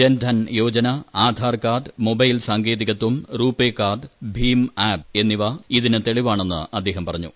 Jan Dhan Yojana Aadhaar card mobile സാങ്കേതികയം RuPay card ഭീം app എന്നിവ ഇതിൽ തെളിവാണെന്ന് അദ്ദേഹം പറഞ്ഞു